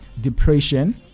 depression